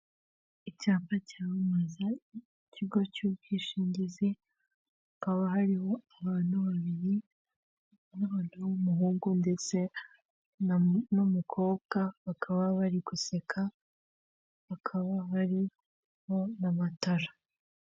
Icyapa cyamamaza ikigo cy'ubwishingizi, hakaba hariho abantu babiri, umwana w'umuhungu ndetse n'umukobwa bakaba bari guseka bakaba bari bo na matara.